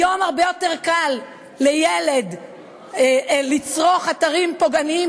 היום הרבה יותר קל לילד לצרוך תכנים פוגעניים